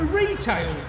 retail